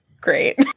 great